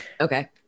Okay